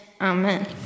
amen